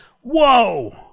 Whoa